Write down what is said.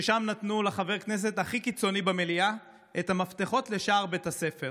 ששם נתנו לחבר הכנסת הכי קיצוני במליאה את המפתחות לשער בית הספר.